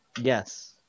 Yes